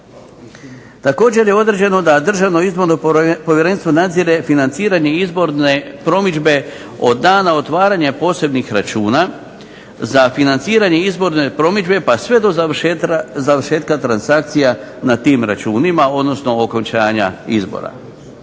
Također je određeno da DIP nadzire financiranje izborne promidžbe od dana otvaranja posebnih računa za financiranje izborne promidžbe pa sve do završetka transakcija nad tim računima odnosno okončanja izbora.